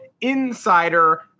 Insider